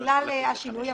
בגלל השינוי,